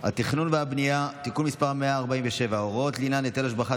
התכנון והבנייה (תיקון מס' 147) (הוראות לעניין היטל השבחה,